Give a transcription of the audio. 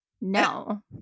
no